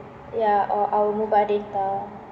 ya or our mobile data